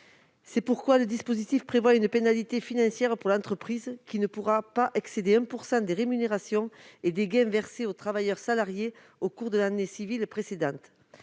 C'est pourquoi le dispositif prévoit une pénalité financière pour l'entreprise, qui ne pourra pas excéder 1 % des rémunérations et des gains versés aux travailleurs salariés au cours de l'année civile précédente.